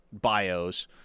bios